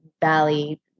valley